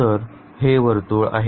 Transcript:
तर हे वर्तुळ आहे